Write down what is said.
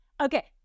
okay